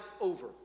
over